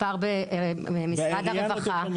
מספר ברווחה,